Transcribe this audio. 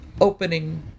opening